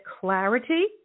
clarity